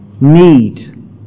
Need